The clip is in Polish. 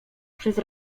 przez